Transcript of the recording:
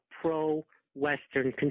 pro-Western